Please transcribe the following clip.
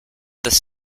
this